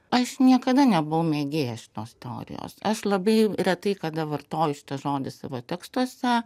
aš niekada nebuvau mėgėja šitos teorijos aš labai retai kada vartoju šitą žodį savo tekstuose